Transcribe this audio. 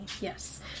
Yes